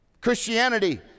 Christianity